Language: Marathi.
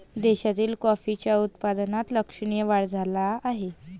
देशातील कॉफीच्या उत्पादनात लक्षणीय वाढ झाला आहे